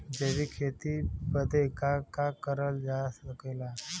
जैविक खेती बदे का का करल जा सकेला?